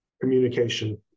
communication